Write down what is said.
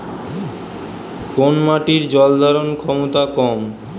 কোন মাটির জল ধারণ ক্ষমতা কম?